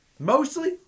Mostly